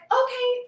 okay